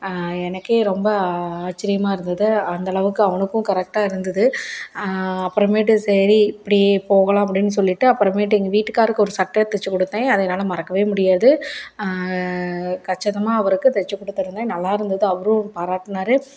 எனக்கே ரொம்ப ஆச்சரியமா இருந்தது அந்தளவுக்கு அவனுக்கும் கரெக்டாக இருந்தது அப்பறமேட்டு சரி இப்படி போகலாம் அப்படின் சொல்லிட்டு அப்புறமேட்டு எங்கள் வீட்டுக்காரருக்கு ஒரு சட்டை தச்சி கொடுத்தேன் அது என்னால் மறக்கவே முடியாது கச்சிதமாக அவருக்குத் தச்சி கொடுத்துருந்தேன் நல்லா இருந்தது அவரும் பாராட்டினாரு